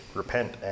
repent